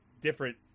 different